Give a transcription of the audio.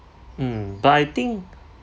mm but I think